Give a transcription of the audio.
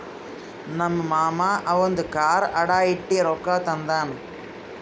ನಮ್ ಮಾಮಾ ಅವಂದು ಕಾರ್ ಅಡಾ ಇಟ್ಟಿ ರೊಕ್ಕಾ ತಂದಾನ್